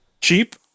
cheap